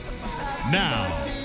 Now